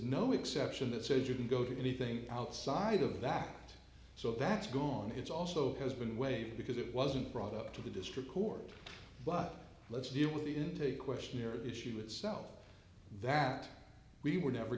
no exception that says you can go to anything outside of that so that's gone it's also has been waived because it wasn't brought up to the district court but let's deal with the intake questionnaire issue itself that we were never